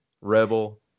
Rebel